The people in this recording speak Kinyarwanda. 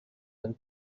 bari